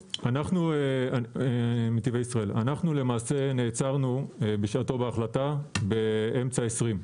אנחנו נעצרנו בשעתו בהחלטה באמצע 20',